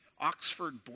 Oxford